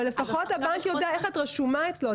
אבל לפחות הבנק יודע איך את רשומה אצלו.